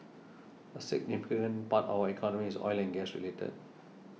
a significant part of our economy is oil and gas related